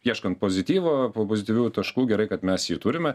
ieškant pozityvo pabus dviejų taškų gerai kad mes jį turime